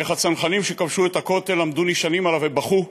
איך "הצנחנים שכבשו את הכותל עמדו נשענים עליו ובכו"?